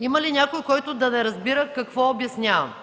Има ли някой, който да не разбира какво обяснявам?